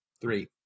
Three